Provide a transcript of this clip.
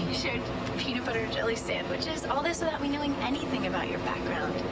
shared peanut butter and-jelly sandwiches. all this without me knowing anything about your background.